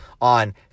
on